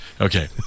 Okay